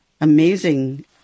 amazing